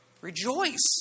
Rejoice